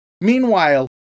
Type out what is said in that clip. Meanwhile